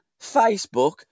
Facebook